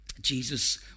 Jesus